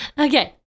Okay